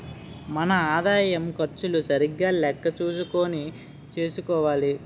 మన ఆదాయం ఖర్చులు సరిగా లెక్క చూసుకుని చూసుకోవాలి